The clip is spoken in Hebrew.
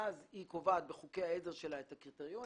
אז היא קובעת בחוקי העזר שלה את הקריטריונים